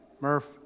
Murph